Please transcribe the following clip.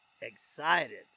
excited